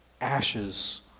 ashes